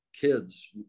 kids